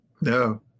No